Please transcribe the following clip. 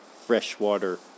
freshwater